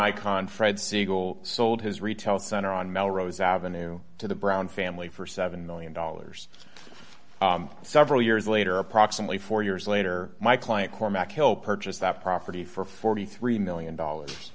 icon fred siegel sold his retail center on melrose avenue to the brown family for seven million dollars several years later approximately four years later my client cormac hill purchased that property for forty three million dollars